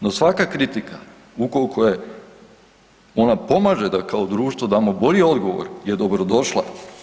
No svaka kritika ukoliko ona pomaže da kao društvo damo bolji odgovor je dobrodošla.